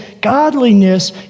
godliness